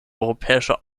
europäische